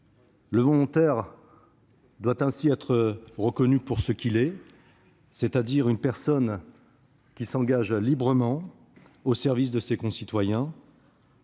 Le volontaire doit être reconnu pour ce qu'il est, c'est-à-dire une personne qui s'engage librement au service de ses concitoyens.